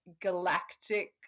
galactic